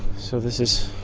so this is